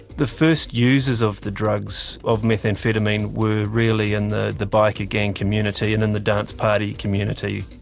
the first users of the drugs, of methamphetamine, were really in the the biker gang community and in the dance party community.